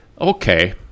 okay